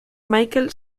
michael